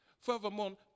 Furthermore